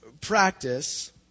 practice